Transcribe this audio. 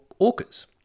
Orcas